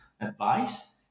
advice